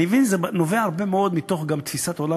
אני מבין שזה נובע הרבה מאוד גם מתפיסת עולם,